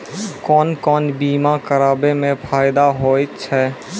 कोन कोन बीमा कराबै मे फायदा होय होय छै?